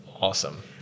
awesome